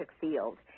field